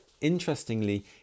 Interestingly